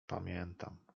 pamiętam